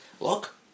Look